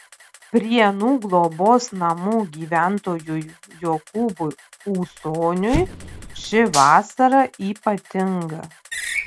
prienų globos namų gyventojui jokūbui ūsoniui ši vasara ypatinga